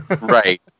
Right